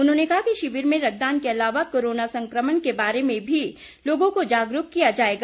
उन्होंने कहा कि शिविर में रक्तदान के अलावा कोरोना संक्रमण के बारे में भी लोगों को जागरूक किया जाएगा